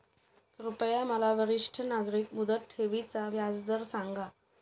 कृपया मला वरिष्ठ नागरिक मुदत ठेवी चा व्याजदर सांगा